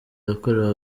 yakorewe